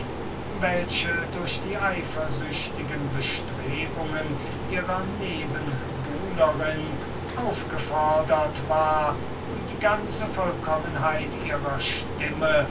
welche durch die eifersüchtigen bestrebungen ihrer nebenbuhlerin aufgefordert war die ganze vollkommenheit ihrer stimme